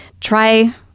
try